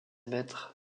maîtres